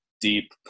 Deep